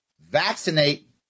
Vaccinate